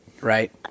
right